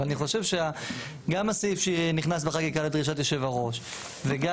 אבל אני חושב שגם הסעיף שנכנס בחקיקה לדרישת יושב הראש וגם